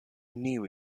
knew